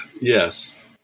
Yes